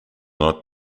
not